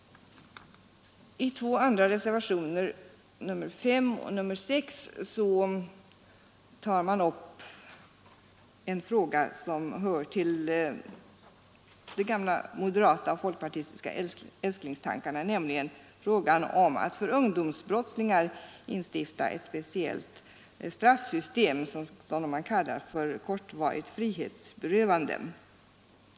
I två andra reservationer, nr 5 och nr 6, tar man upp en fråga som hör till de gamla moderata och folkpartistiska älsklingstankarna, nämligen att för ungdomsbrottslingar instifta ett speciellt straffsystem, som man kallat kortvarigt frihetsberövande.